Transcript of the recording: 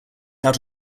out